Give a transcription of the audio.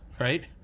right